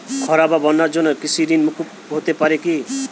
খরা বা বন্যার জন্য কৃষিঋণ মূকুপ হতে পারে কি?